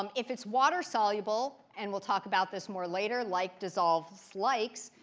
um if it's water soluble and we'll talk about this more later like dissolves likes.